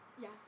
Yes